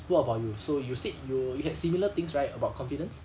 what about you so you said you you had similar things right about confidence